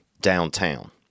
downtown